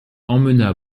emmena